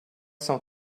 cent